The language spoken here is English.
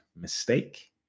mistake